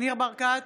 ניר ברקת,